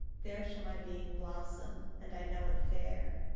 there shall my being blossom, and i know it fair.